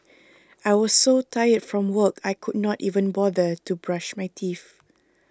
I was so tired from work I could not even bother to brush my teeth